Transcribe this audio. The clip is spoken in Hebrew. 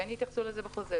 כן התייחסו לזה בחוזה,